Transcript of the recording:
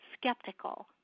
skeptical